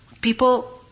people